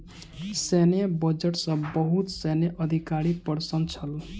सैन्य बजट सॅ बहुत सैन्य अधिकारी प्रसन्न छल